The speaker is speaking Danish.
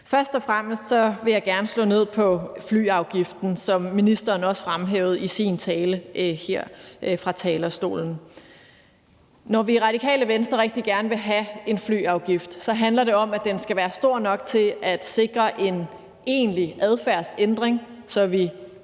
Først og fremmest vil jeg gerne slå ned på flyafgiften, som ministeren også fremhævede i sin tale her fra talerstolen. Når vi i Radikale Venstre rigtig gerne vil have en flyafgift, handler det om, at den skal være høj nok til at sikre en egentlig adfærdsændring, så vi